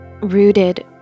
rooted